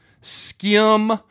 skim